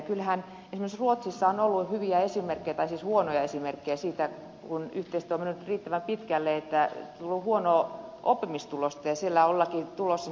kyllähän esimerkiksi ruotsissa on ollut hyviä esimerkkejä tai siis huonoja esimerkkejä siitä kun yhteistoiminta on mennyt riittävän pitkälle että on tullut huonoa oppimistulosta ja siellä ollaankin nyt tulossa toiseen suuntaan